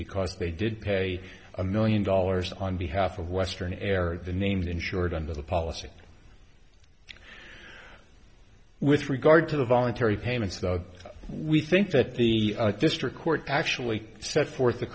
because they did pay a million dollars on behalf of western air the named insured under the policy with regard to the voluntary payments though we think that the district court actually set forth the